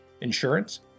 insurance